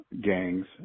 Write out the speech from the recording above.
gangs